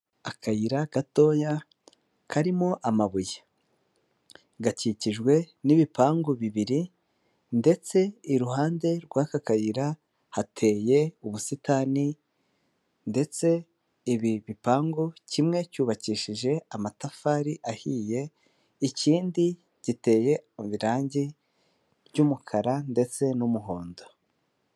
Akayira gatoya karimo amabuye, gakikijwe n'ibipangu bibiri ndetse iruhande rw'aka kayira hateye ubusitani ndetse ibi bipangu kimwe cyubakishije amatafari ahiye, ikindi giteye mu irange by'umukara ndetse n'umuhondo.